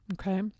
Okay